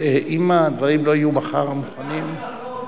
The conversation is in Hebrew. אוסיף אותך.